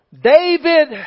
David